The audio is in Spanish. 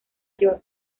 york